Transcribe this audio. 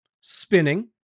spinning